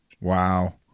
Wow